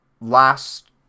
last